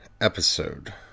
episode